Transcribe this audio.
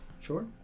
Sure